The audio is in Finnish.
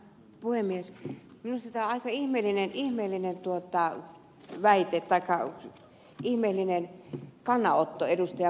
minusta tämä on aika ihmeellinen väite tai ihmeellinen kannanotto ed